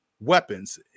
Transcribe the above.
weapons